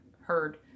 heard